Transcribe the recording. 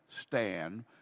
stand